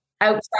outside